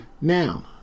now